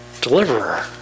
deliverer